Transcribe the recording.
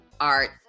art